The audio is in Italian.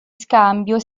scambio